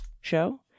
show